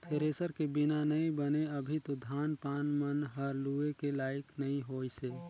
thresher के बिना नइ बने अभी तो धान पान मन हर लुए के लाइक नइ होइसे